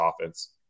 offense